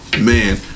man